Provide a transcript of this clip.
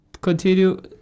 Continue